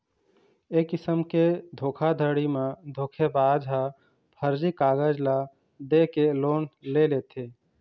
ए किसम के धोखाघड़ी म धोखेबाज ह फरजी कागज ल दे के लोन ले लेथे